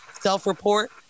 self-report